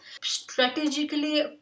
Strategically